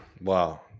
Wow